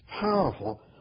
powerful